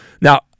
Now